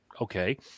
Okay